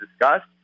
discussed